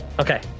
Okay